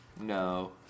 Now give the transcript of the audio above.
no